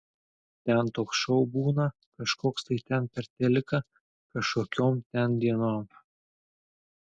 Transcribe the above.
ten toks šou būna kažkoks tai ten per teliką kažkokiom ten dienom